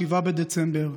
7 בדצמבר,